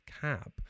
cab